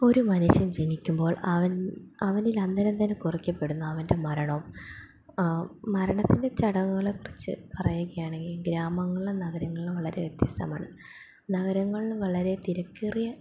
ഒരു മനുഷ്യൻ ജനിക്കുമ്പോൾ അവൻ അവനിൽ അന്നേരം തന്നെ കുറിക്കപ്പെടുന്നു അവൻ്റെ മരണവും മരണത്തിൻ്റെ ചടങ്ങുകളെക്കുറിച്ച് പറയുകയാണെങ്കിൽ ഗ്രാമങ്ങളിലും നഗരങ്ങളിലും വളരെ വ്യത്യസ്തമാണ് നഗരങ്ങളിൽ വളരെ തിരക്കേറിയ